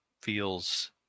feels